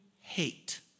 hate